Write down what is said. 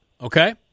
Okay